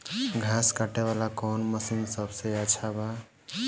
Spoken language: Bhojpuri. घास काटे वाला कौन मशीन सबसे अच्छा बा?